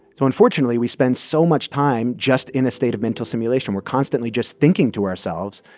so unfortunately we spend so much time just in a state of mental simulation. we're constantly just thinking to ourselves,